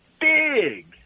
big